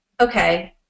okay